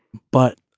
but.